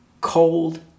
cold